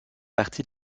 partie